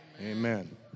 Amen